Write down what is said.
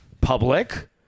public